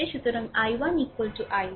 সুতরাং I1 I1